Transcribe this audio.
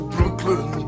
Brooklyn